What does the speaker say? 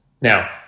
Now